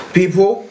people